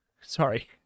Sorry